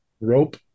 Rope